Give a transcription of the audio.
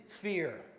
fear